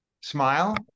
smile